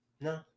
No